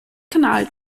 kanal